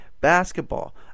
basketball